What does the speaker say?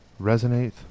resonate